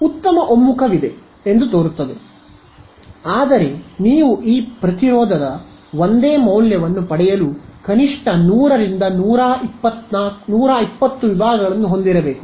ಉತ್ತಮ ಒಮ್ಮುಖವಿದೆ ಎಂದು ತೋರುತ್ತದೆ ಆದರೆ ನೀವು ಪ್ರತಿರೋಧದ ಒಂದೇ ಮೌಲ್ಯವನ್ನು ಪಡೆಯಲು ಕನಿಷ್ಠ 100 ರಿಂದ 120 ವಿಭಾಗಗಳನ್ನು ಹೊಂದಿರಬೇಕು